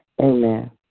Amen